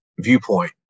viewpoint